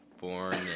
born